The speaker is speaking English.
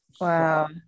Wow